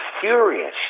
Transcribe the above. furious